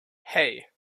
hey